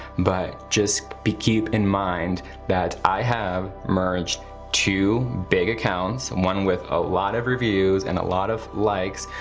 but just be keep in mind that i have merged two big accounts, and one with a lot of reviews and a lot of likes,